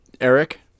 Eric